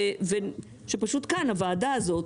ושפשוט כאן הוועדה הזאת,